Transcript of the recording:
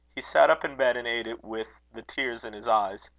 he sat up in bed and ate it with the tears in his eyes.